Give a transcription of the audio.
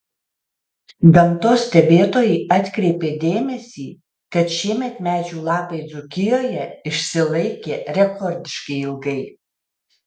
gamtos stebėtojai atkreipė dėmesį kad šiemet medžių lapai dzūkijoje išsilaikė rekordiškai ilgai